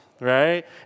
right